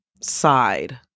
side